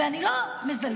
אני לא מזלזלת,